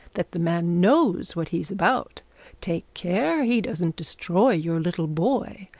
that the man knows what he is about take care he doesn't destroy your little boy.